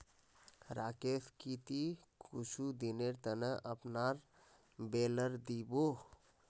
राकेश की ती कुछू दिनेर त न अपनार बेलर दी बो